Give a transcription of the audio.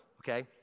okay